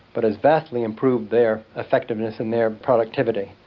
but has vastly improved their effectiveness and their productivity.